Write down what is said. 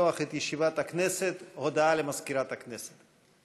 ברשות יושב-ראש הכנסת,